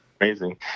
amazing